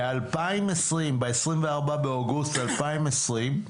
ב-24 באוגוסט 2020,